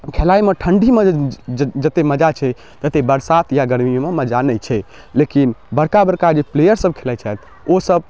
खेलाइमे ठण्डीमे जे ज जतेक मजा छै ततेक बरसात या गरमीमे मजा नहि छै लेकिन बड़का बड़का जे प्लेअरसभ खेलाइ छथि ओसभ